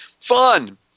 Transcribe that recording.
Fun